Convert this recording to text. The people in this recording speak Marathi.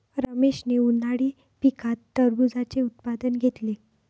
रमेशने उन्हाळी पिकात टरबूजाचे उत्पादन घेतले